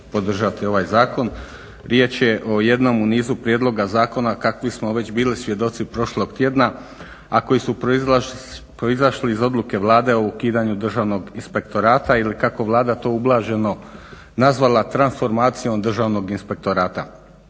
Riječ je o jednom u nizu prijedloga zakona kakvih smo već bili svjedoci prošlog tjedna, a koji su proizašli iz odluke Vlade o ukidanju Državnog inspektorata ili kako je Vlada to ublaženo nazvala transformacijom Državnog inspektorata.